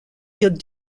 ils